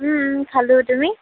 খালোঁ তুমি